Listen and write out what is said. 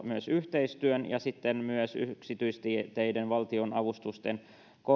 myös yhteistyön ja olisi sitten myös yksityisteiden valtionavustusten